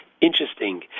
Interesting